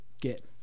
get